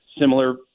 similar